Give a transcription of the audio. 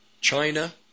China